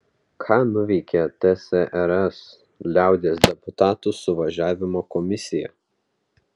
ką nuveikė tsrs liaudies deputatų suvažiavimo komisija